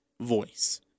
voice